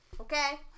Okay